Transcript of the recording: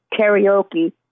karaoke